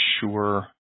sure